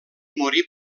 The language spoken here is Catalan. morí